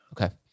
Okay